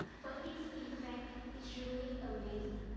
but it's effect is truly amazing.